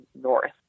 north